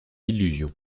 illusions